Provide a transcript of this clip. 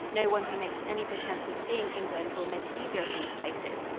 no one who makes any pretense of seeing england will miss either of these places.